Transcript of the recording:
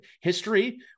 history